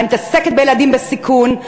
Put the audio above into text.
אני מתעסקת בילדים בסיכון,